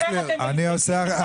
איך אתם לא מתביישים?